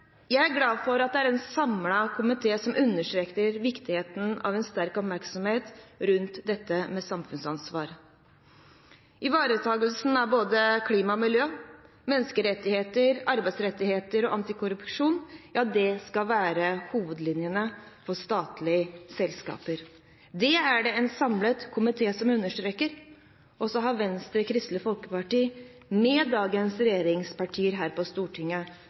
er en samlet komité som understreker viktigheten av en sterk oppmerksomhet rundt dette med samfunnsansvar. Ivaretakelsen av både klima og miljø, menneskerettigheter, arbeidsrettigheter og antikorrupsjon skal være hovedlinjene for statlige selskaper. Det er det en samlet komité som understreker. Så har Venstre, Kristelig Folkeparti og dagens regjeringspartier her på Stortinget